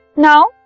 Now